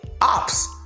ops